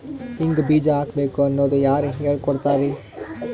ಹಿಂಗ್ ಬೀಜ ಹಾಕ್ಬೇಕು ಅನ್ನೋದು ಯಾರ್ ಹೇಳ್ಕೊಡ್ತಾರಿ?